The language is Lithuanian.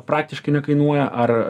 praktiškai nekainuoja ar